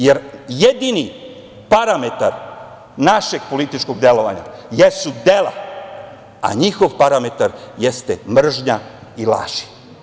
Jer, jedini parametar našeg političkog delovanja jesu dela, a njihov parametar jeste mržnja i laži.